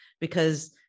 because-